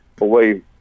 away